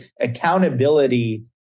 Accountability